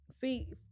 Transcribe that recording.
See